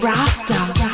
Rasta